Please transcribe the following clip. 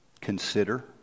Consider